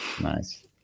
Nice